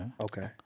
Okay